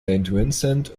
vincent